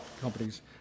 companies